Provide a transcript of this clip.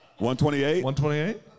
128